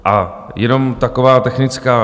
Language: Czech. A jenom taková technická.